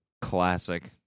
Classic